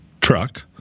truck